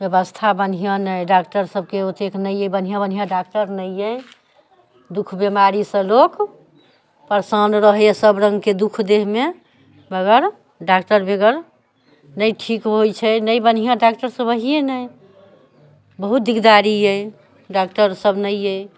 व्यवस्था बढ़िआँ नहि डॉक्टर सबके ओतेक नहि अइ बढ़िआँ बढ़िआँ डॉक्टर नहि अइ दुःख बीमारीसँ लोक परेशान रहैये सब रङ्गके दुःख देहमे बगैर डॉक्टर बगैर नहि ठीक होइ छै नहि बढ़िआँ डॉक्टर सब बढ़िए नहि बहुत दिकदारी अइ डॉक्टर सब नहि अइ